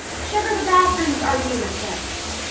sugar, the bathrooms are unisex.